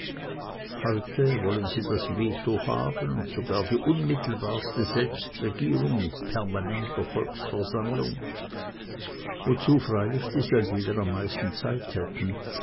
heute wollen sie das veto haben und sogar die unmittelbarste selbstregierung mit permanenter volksversammlung wozu freilich die seldwyler am meisten zeit hätten